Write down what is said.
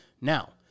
Now